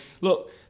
look